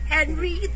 Henry